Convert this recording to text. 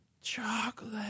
chocolate